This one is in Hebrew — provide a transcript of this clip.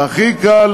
והכי קל,